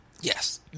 Yes